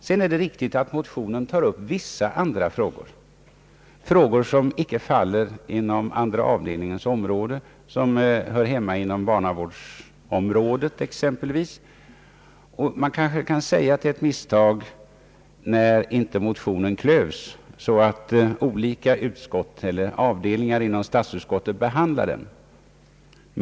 Det är riktigt att motionerna tar upp vissa andra frågor som inte faller inom andra avdelningens område — exempelvis frågor som hör hemma inom barnavårdsområdet — och det kan kanske sägas att det var ett misstag att motionerna inte klövs så att olika avdelningar inom statsutskottet fick behandla dem.